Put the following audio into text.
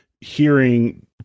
hearing